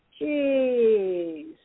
Jeez